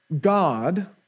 God